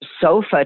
sofa